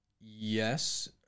Yes